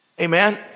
amen